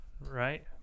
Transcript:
right